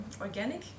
Organic